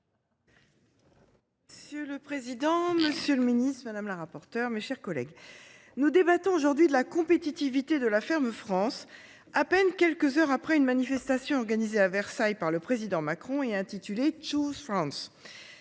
Si le président, Monsieur le Ministre, madame la rapporteure, mes chers collègues, nous débattons aujourd'hui de la compétitivité de la ferme France à peine quelques heures après une manifestation organisée à Versailles par le président Macron et intitulé tout sens la